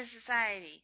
Society